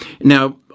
Now